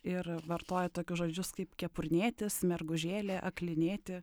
ir vartoja tokius žodžius kaip kepurnėtis mergužėlė aklinėti